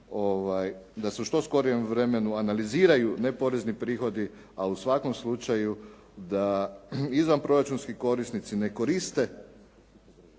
da se u što skorijem vremenu analiziraju ne porezni prihodi, ali u svakom slučaju da izvanproračunski korisnici ne koriste